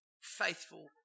faithful